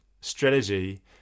strategy